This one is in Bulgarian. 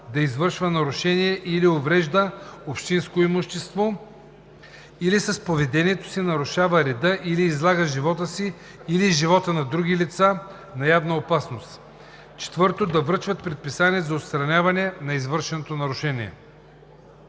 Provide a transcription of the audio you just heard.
да извършва нарушение или уврежда общинско имущество, или с поведението си нарушава реда, или излага живота си или живота на други лица на явна опасност; 4. да връчват предписания за отстраняване на извършено нарушение.